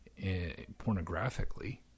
pornographically